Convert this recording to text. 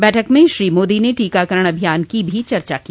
बैठक में श्री मोदी ने टीकाकरण अभियान की भी चर्चा की